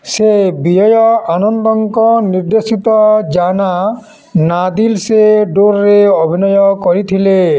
ସେ ବିଜୟ ଆନନ୍ଦଙ୍କ ନିର୍ଦ୍ଦେଶିତ ଜାନା ନା ଦିଲ୍ ସେ ଦୁର୍ରେ ଅଭିନୟ କରିଥିଲେ